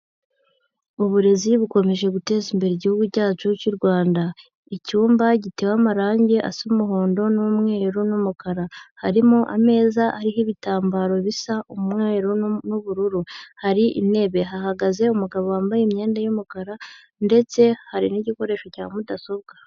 Uburezi bukomeje guteza imbere igihugu cyacu cy'u Rwanda. Icyumba gitewe amarangi asa umuhondo n'umweru n'umukara, harimo ameza ariho ibitambaro bisa umwe n'ubururu, hari intebe, hahagaze umugabo wambaye imyenda y'umukara ndetse hari n'igikoresho cya mudasobwa.